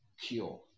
cure